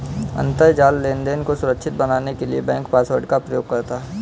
अंतरजाल लेनदेन को सुरक्षित बनाने के लिए बैंक पासवर्ड का प्रयोग करता है